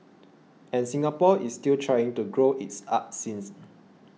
and Singapore is still trying to grow its arts scenes